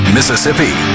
Mississippi